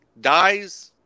dies